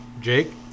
Jake